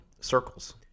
circles